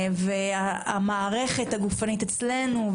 והמערכת הגופנית אצלנו.